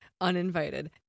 uninvited